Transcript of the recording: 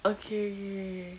ookay ookay ookay